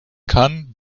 kann